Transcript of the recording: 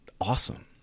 awesome